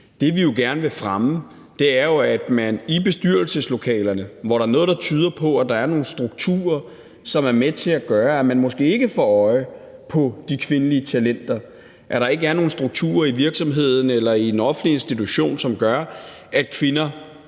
de ikke har kvalifikationerne til det. I bestyrelseslokalerne er der noget, der tyder på, at der er nogle strukturer, som er med til at gøre, at man måske ikke får øje på de kvindelige talenter, og at der ikke er de strukturer i virksomheden eller i den offentlige institution, som gør, at kvinder